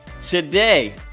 Today